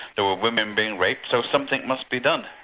there were women being raped, so something must be done.